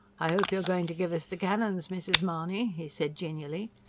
i hope you're going to give us the cannons, mrs. mahony? he said genially.